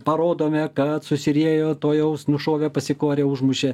parodome kad susiriejo tuojaus nušovė pasikorė užmušė